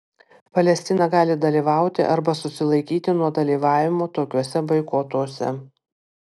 palestina gali dalyvauti arba susilaikyti nuo dalyvavimo tokiuose boikotuose